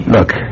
Look